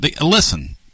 Listen